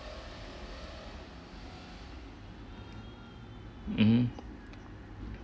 mmhmm